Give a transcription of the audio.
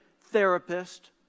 therapist